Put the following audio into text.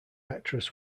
actress